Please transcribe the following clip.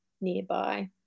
nearby